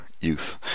youth